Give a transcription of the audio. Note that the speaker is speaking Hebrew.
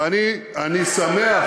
ועדיין, אני שמח,